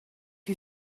who